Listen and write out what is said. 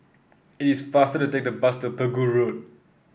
it is faster to take the bus to Pegu Road